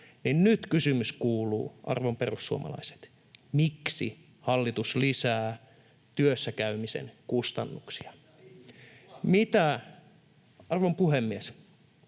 Nyt kysymys kuuluu, arvon perussuomalaiset: miksi hallitus lisää työssä käymisen kustannuksia? [Eduskunnasta: